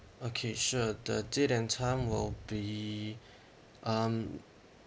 okay sure the date and time will be um